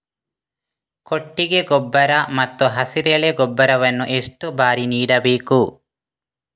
ಕೊಟ್ಟಿಗೆ ಗೊಬ್ಬರ ಮತ್ತು ಹಸಿರೆಲೆ ಗೊಬ್ಬರವನ್ನು ಎಷ್ಟು ಬಾರಿ ನೀಡಬೇಕು?